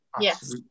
yes